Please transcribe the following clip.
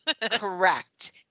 Correct